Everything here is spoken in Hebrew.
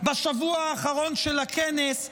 בשבוע האחרון של הכנס,